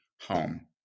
home